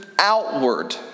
outward